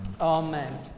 Amen